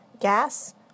gas